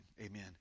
amen